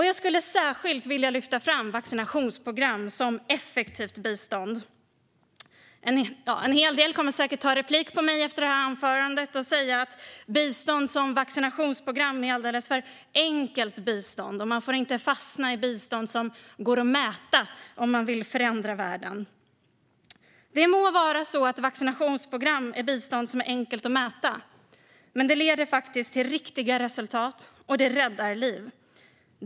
Jag skulle särskilt vilja lyfta fram vaccinationsprogram som effektivt bistånd. En hel del av er kommer säkert att begära replik på mitt anförande och säga att bistånd i form av vaccinationsprogram är ett alldeles för enkelt bistånd och att man inte får fastna i bistånd som går att mäta om man vill förändra världen. Vaccinationsprogram må vara bistånd som är enkelt att mäta, men det leder till riktiga resultat, och det räddar liv.